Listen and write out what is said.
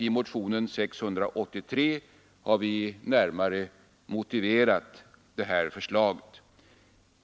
I motionen 683 har vi närmare motiverat det här förslaget.